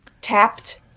Tapped